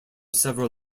several